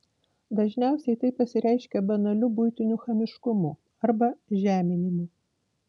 dažniausiai tai pasireiškia banaliu buitiniu chamiškumu arba žeminimu